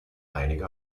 einige